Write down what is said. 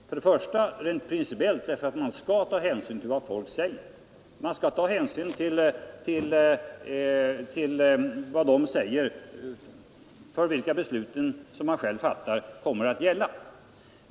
Först och främst bör rent principiellt hänsyn tas därför att man bör ta hänsyn till vad folk säger. Man skall ta hänsyn till uppfattningen hos dem de beslut man själv fattar kommer att gälla.